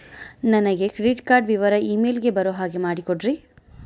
ನನಗೆ credit card ವಿವರ email ಗೆ ಬರೋ ಹಾಗೆ ಮಾಡಿಕೊಡ್ರಿ?